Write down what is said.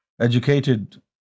educated